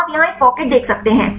तो आप यहाँ एक पॉकेट देख सकते हैं